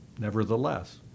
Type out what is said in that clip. Nevertheless